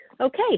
Okay